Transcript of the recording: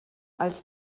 als